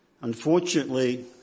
Unfortunately